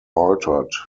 altered